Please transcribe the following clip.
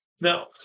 Now